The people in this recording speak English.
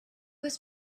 was